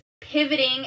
pivoting